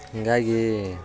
ಹೀಗಾಗಿ